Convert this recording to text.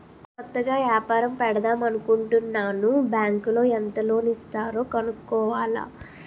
కొత్తగా ఏపారం పెడదామనుకుంటన్నాను బ్యాంకులో ఎంత లోను ఇస్తారో కనుక్కోవాల